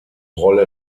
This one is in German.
rolle